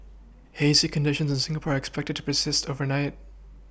hazy conditions in Singapore are expected to persist overnight